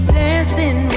dancing